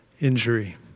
injury